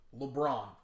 LeBron